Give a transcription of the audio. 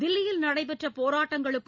தில்லியில் நடைபெற்ற போராட்டங்களுக்கும்